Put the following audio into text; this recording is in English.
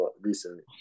recently